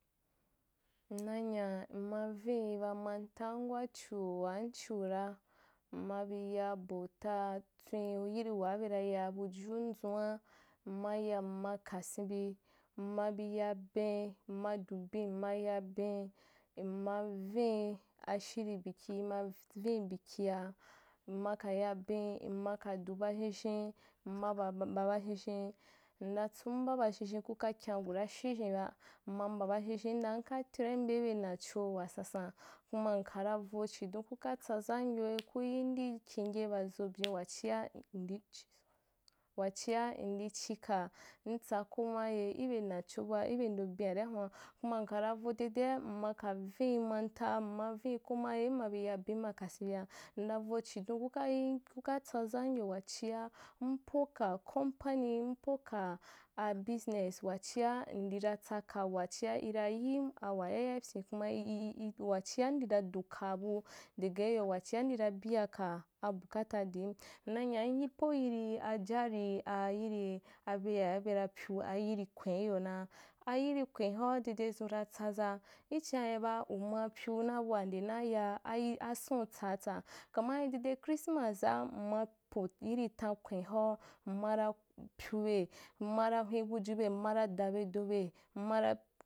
N na nyaa m ma vini ba manta wa chuho wanchiura mma bi ya bautaa tswen yirì waa bera ya bu jun zun’a, m ma ya m ma kasenbi, na ma bi ya ben, m ma du ben m ma ya ben, m ma vin’i ashiri biki, ima vini bikia mma ya ben mmaka ya beu m makadu ba zhezhen, m ma mba bazhezhen nda tsun mba bazhezhen kuka kya ragura zhezhen nka train be ibe nyacho wasansan, kuma nka ra vo chidoa kuka tsazam yo, ku yin di kingyɛ ba zo byen wachia ndichi-wachia ndi chika ntsa ko maye ibe nacho bua ibe ndo ben’aria hun’a, kuma nkara vn dede’a m ma vin mantaa m ma vin komayem mma ya ben ma kasenbia, n madi chidon kuka yi kuka tsa zamyo wachia mpoka com panyim, mpo ka a- a business wachia ndira tsaka wachia ri ra yim awa yagap yin kuma wachia n dika duka bu degai yo wechia ndira bi ya ka abuakata dino, n nya ni po yirî a jarì a yiri abea bera pyu ayiri kwen i yonaa ayiri kwen hoa dede zua ra tsaza, ichin’ayeba umaspyu na buan nde yaa ayi asuntsa tsaa, kama yiri dede krismasra m mmapo yiri tankwen hoa m mara pyube, m mara hwen bujube, m mmara dabo debe mmara.